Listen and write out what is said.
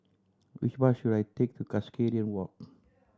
which bus should I take to Cuscaden Walk